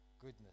Goodness